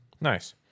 Nice